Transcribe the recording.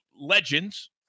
legends